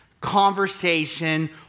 conversation